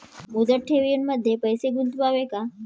मुदत ठेवींमध्ये पैसे गुंतवावे का?